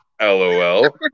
LOL